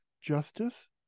justice